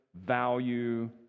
value